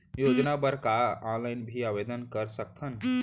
योजना बर का ऑनलाइन भी आवेदन कर सकथन?